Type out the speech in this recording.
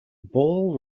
ball